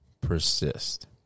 persist